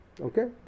Okay